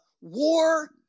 war